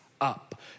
up